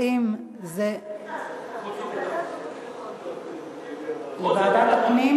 האם זה, סליחה, ועדת חוץ וביטחון.